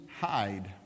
hide